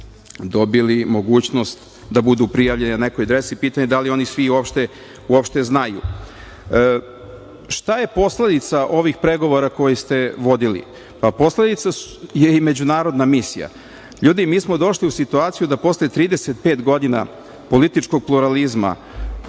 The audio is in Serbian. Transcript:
dobili mogućnost da budu prijavljeni na nekoj adresi, pitanje je da li oni svi uopšte znaju. Šta je posledica ovih pregovora koje ste vodili? Posledica je i međunarodna misija. Ljudi, mi smo došli u situaciju da posle 35 godina političkog pluralizma